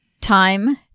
time